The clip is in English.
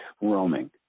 Roaming